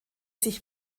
sich